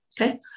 Okay